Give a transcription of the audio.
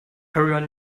everybody